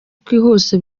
bwihuse